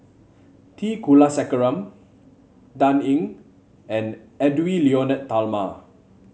T Kulasekaram Dan Ying and Edwy Lyonet Talma